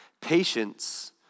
Patience